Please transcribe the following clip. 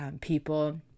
people